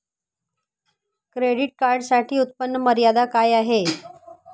Credit कार्डसाठी उत्त्पन्न मर्यादा काय आहे?